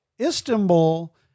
Istanbul